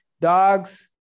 dogs